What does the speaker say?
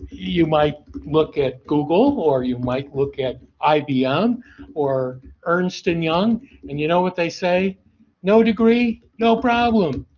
you might look at google or you might look at ibm or ernst and young and you know what they say no degree, no problem.